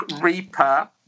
Reaper